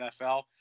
NFL